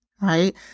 right